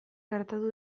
gertatu